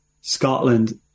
Scotland